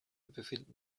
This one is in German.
befinden